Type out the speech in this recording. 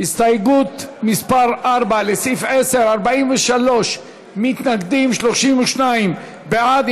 הסתייגות מס' 4, לסעיף 10, 43 מתנגדים, 32 בעד.